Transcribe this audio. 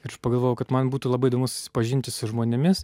ir aš pagalvojau kad man būtų labai įdomu susipažinti su žmonėmis